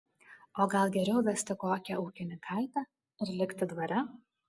o gal geriau vesti kokią ūkininkaitę ir likti dvare